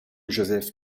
joseph